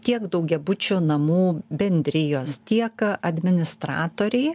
tiek daugiabučių namų bendrijos tiek administratoriai